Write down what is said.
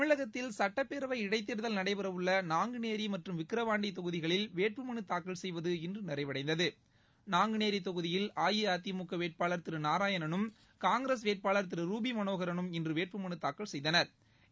தமிழகத்தில் சுட்டப்பேரவை இடைத்தேர்தல் நடைபெறவுள்ள நாங்குநேரி மற்றும் விக்ரவாண்டி தொகுதிகளில் வேட்புமனு தாக்கல் செய்வது இன்று நிறைவடைந்தது நாங்குநேரி தொகுதியில் அஇஅதிமுக வேட்வாளர் திரு நாராயணனும் காங்கிரஸ் வேட்பாளர் திரு ரூபி மனோகரனும் இன்று வேட்புமனு தாக்கல் செய்தனா்